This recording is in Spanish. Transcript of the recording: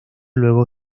luego